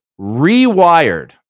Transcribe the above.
rewired